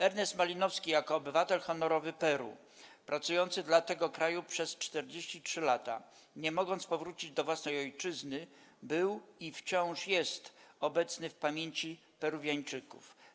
Ernest Malinowski jako Obywatel Honorowy Peru, pracujący dla tego kraju przez 43 lata, nie mogąc powrócić do własnej Ojczyzny, był i wciąż jest obecny w pamięci Peruwiańczyków.